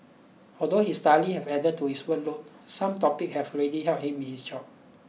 although his studies have added to his workload some topic have already helped him in his job